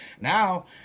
Now